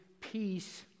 peace